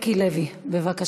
חבר הכנסת מיקי לוי, בבקשה.